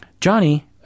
Johnny